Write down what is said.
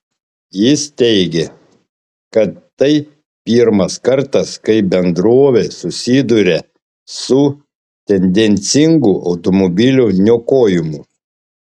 jis teigė kad tai pirmas kartas kai bendrovė susiduria su tendencingu automobilių niokojimu